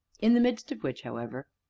in the midst of which, however,